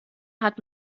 hat